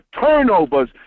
turnovers